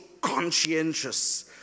conscientious